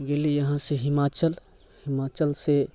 गेली यहाँसँ हिमाचल हिमाचलसँ